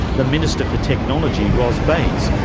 the minister for technology ros bates,